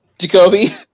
Jacoby